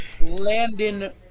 Landon